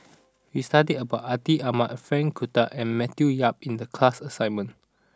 we studied about Atin Amat Frank Cloutier and Matthew Yap in the class assignment